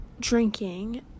drinking